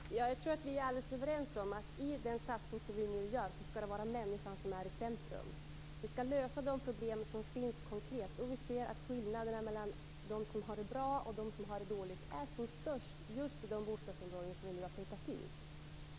Fru talman! Jag tror att vi är helt överens om att i den satsning som nu görs skall människan vara i centrum. Vi skall lösa de problem som finns konkret, och vi ser att skillnaderna mellan de som har det bra och de som har det dåligt är som störst just i de bostadsområden som vi nu har pekat ut.